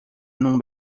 num